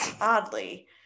oddly